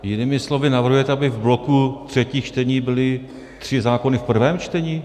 Jinými slovy navrhujete, aby v bloku třetích čtení byly tři zákony v prvém čtení?